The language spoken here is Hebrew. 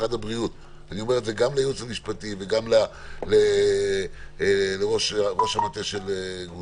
משרד הבריאות אני אומר את זה גם לייעוץ המשפטי וגם לראש המטה של גרוטו